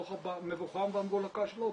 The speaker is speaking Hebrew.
בתוך הבוכה ומבולקה של הודו,